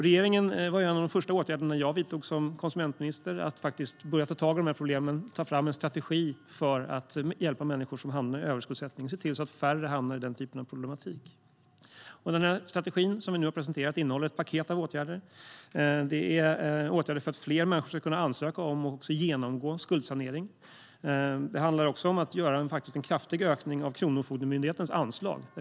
En av de första åtgärder som jag vidtog som konsumentminister var att börja ta tag i de här problemen och ta fram en strategi för att hjälpa människor som hamnar i överskuldsättning och se till att färre hamnar i den typen av problematik. Strategin som vi nu har presenterat innehåller ett paket av åtgärder. Det är åtgärder för att fler människor ska kunna ansöka om och genomgå skuldsanering. Det handlar också om att göra en kraftig ökning av Kronofogdemyndighetens anslag.